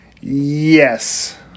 Yes